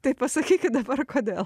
tai pasakykit dabar kodėl